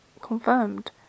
confirmed